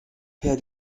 per